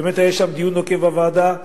באמת היה שם דיון נוקב, בוועדה,